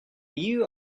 you